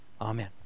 Amen